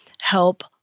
help